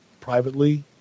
privately